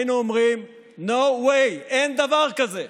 היינו אומרים no way, אין דבר כזה.